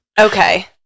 Okay